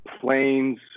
planes